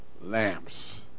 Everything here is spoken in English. lamps